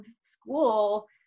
school